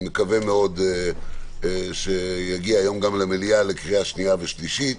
אני מקווה מאוד שהוא יגיע היום גם למליאה לקריאה שנייה ושלישית.